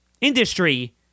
industry